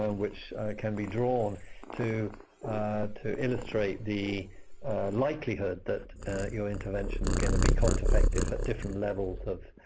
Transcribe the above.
ah which can be drawn to to illustrate the likelihood that your invention is going to be cost-effective at different levels of